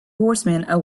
horsemen